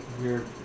weird